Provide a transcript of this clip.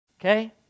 Okay